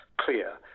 clear